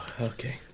Okay